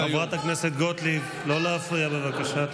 יישאר, חברת הכנסת גוטליב, לא להפריע, בבקשה.